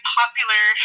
popular